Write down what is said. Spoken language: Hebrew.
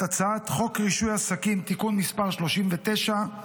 הצעת חוק רישוי עסקים (תיקון מס' 39)